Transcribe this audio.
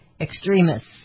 extremists